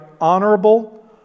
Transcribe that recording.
honorable